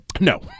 No